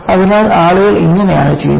അതിനാൽ ആളുകൾ ഇങ്ങനെയാണ് ചെയ്യുന്നത്